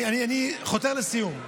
אני חותר לסיום.